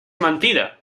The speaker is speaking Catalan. mentida